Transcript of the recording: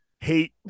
hate